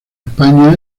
españa